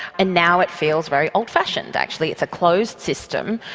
and now it feels very old fashioned actually it's a closed system,